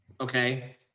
okay